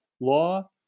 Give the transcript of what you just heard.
Law